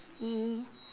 mm